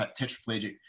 tetraplegic